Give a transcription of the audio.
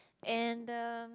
and the